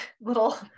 little